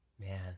Man